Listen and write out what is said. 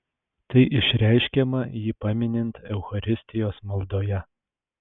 tai išreiškiama jį paminint eucharistijos maldoje